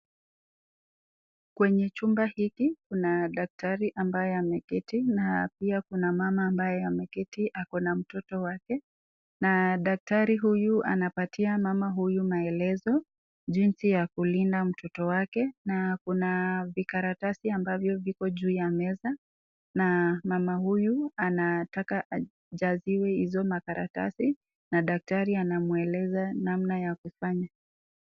Kwenye chumba hiki kuna daktari ambaye ameketi na pia kuna mama ambaye ameketi ako na mtoto wake na daktari huyu anapatia mama huyu maelezo jinsi ya kulinda mtoto wake na kuna vikaratasi ambavyo viko juu ya meza na mama huyu anataka ajaziwe hizo makaratasi na daktari anamweleza namna ya kufanya.